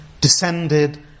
descended